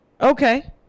Okay